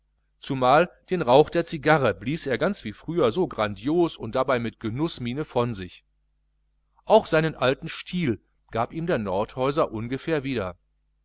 zumal den rauch der cigarre blies er ganz wie früher so grandios und dabei mit genußmiene von sich auch seinen alten stil gab ihm der nordhäuser ungefähr wieder